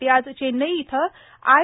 ते आज चेन्नई इथं आई